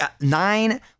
Nine